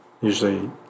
usually